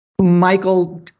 Michael